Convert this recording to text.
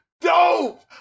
dope